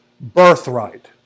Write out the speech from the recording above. Birthright